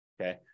okay